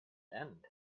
end